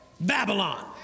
Babylon